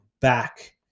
back